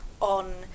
on